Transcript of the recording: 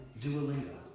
duolingo.